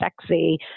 Sexy